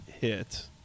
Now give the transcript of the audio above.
hit